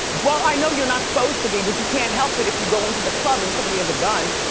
well, i know you're not supposed to be but you can't help it if you go into the club and somebody has a gun.